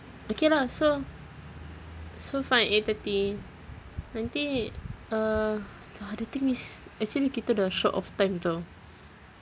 okay lah so so fine eight thirty nanti uh the thing is actually kita dah short of time [tau]